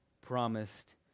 promised